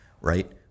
Right